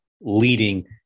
leading